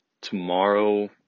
tomorrow